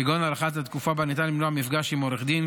כגון הארכת התקופה שבה ניתן למנוע מפגש עם עורך דין.